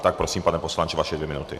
Tak prosím, pane poslanče, vaše dvě minuty.